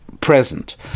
present